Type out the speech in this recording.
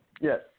Yes